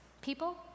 people